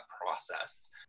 process